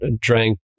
drank